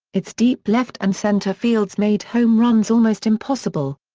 its deep left and center fields made home runs almost impossible.